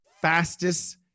fastest